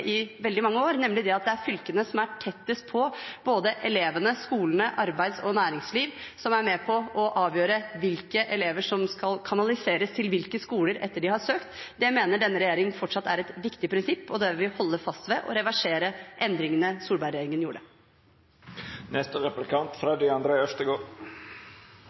i veldig mange år, nemlig at det er fylkene, som er tettest på både elevene, skolene og arbeids- og næringsliv, som er med på å avgjøre hvilke elever som skal kanaliseres til hvilke skoler etter at de har søkt. Det mener denne regjeringen fortsatt er et viktig prinsipp. Det vil vi holde fast ved, og vi vil reversere endringene